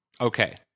Okay